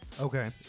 Okay